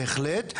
בהחלט,